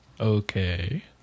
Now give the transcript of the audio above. okay